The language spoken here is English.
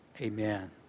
Amen